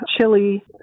chili